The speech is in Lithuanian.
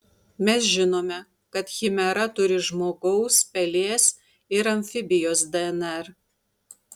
mes žinome kad chimera turi žmogaus pelės ir amfibijos dnr